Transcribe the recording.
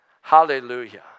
Hallelujah